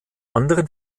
anderen